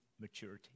maturity